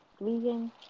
vegan